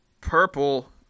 Purple